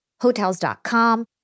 Hotels.com